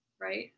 Right